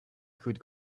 could